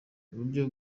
uburyo